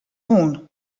hûn